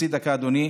תודה רבה.